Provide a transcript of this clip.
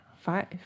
Five